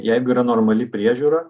jeigu yra normali priežiūra